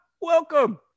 welcome